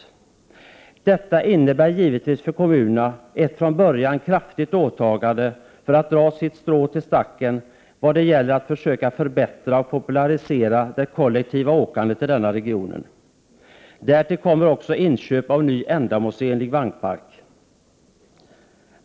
För kommunerna innebär detta givetvis ett från början stort åtagande när det gäller att dra sitt strå till stacken och försöka förbättra och popularisera det kollektiva åkandet i regionen. Vidare kan nämnas inköp av en ny och ändamålsenlig vagnpark.